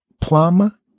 plum